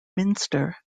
minster